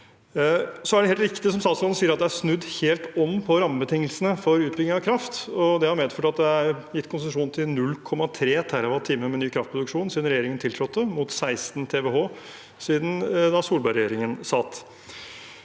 er det helt riktig, som statsråden sier, at det er snudd helt om på rammebetingelsene for utbygging av kraft, og det har medført at det er gitt konsesjon til 0,3 TWh med ny kraftproduksjon siden regjeringen tiltrådte, mot 16 TWh siden da Solberg-regjeringen satt.